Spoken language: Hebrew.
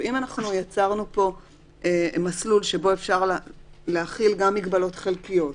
אם יצרנו פה מסלול שבו אפשר להחיל גם מגבלות חלקיות,